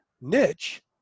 niche